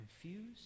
confused